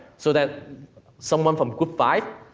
so that someone from group five,